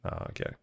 okay